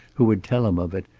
who would tell him of it,